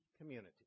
community